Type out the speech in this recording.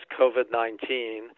COVID-19